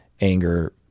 anger